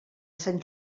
sant